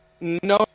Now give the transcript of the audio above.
no